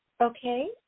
Okay